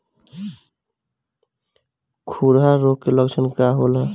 खुरहा रोग के लक्षण का होला?